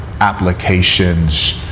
applications